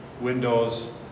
windows